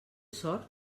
sort